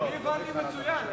אני הבנתי מצוין.